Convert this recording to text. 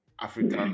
African